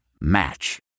Match